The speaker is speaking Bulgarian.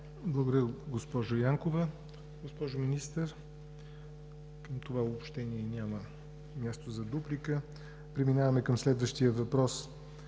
Благодаря, госпожо Янкова. Госпожо Министър, към това обобщение няма място за дуплика. Преминаваме към следващия въпрос.